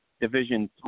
Division